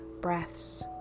breaths